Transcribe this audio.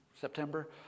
September